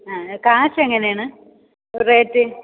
ആ കാശ് എങ്ങനെയാണ് റേറ്റ്